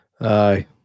Aye